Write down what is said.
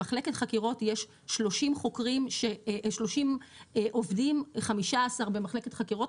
במחלקת חקירות יש 30 עובדים 15 במחלקת חקירות,